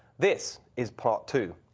this is part two.